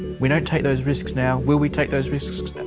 we don't take those risks now. will we take those risks,